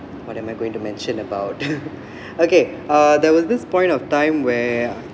what am I going to mention about okay uh there was this point of time where